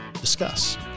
discuss